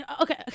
okay